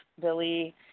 Billy